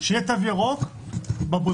שיהיה תו ירוק בבריכות,